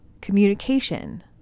communication